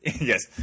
Yes